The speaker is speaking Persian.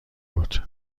بود